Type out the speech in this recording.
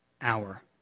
hour